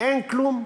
אין כלום.